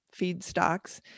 feedstocks